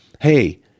Hey